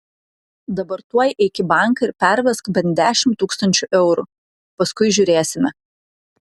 dabar tuoj eik į banką ir pervesk bent dešimt tūkstančių eurų paskui žiūrėsime